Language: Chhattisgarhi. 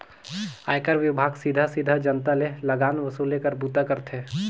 आयकर विभाग सीधा सीधा जनता ले लगान वसूले कर बूता करथे